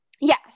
Yes